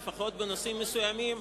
לפחות בנושאים מסוימים,